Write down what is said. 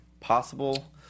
Possible